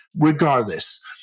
Regardless